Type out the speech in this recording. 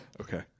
Okay